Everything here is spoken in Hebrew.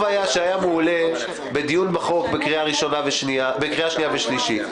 שיעלה בדיון בחוק בקריאה שניה ושלישית.